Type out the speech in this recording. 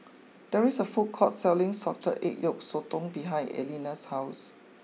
there is a food court selling Salted Egg Yolk Sotong behind Erlinda's house